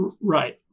Right